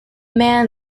man